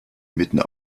mitten